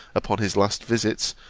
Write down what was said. upon his last visits,